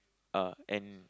uh and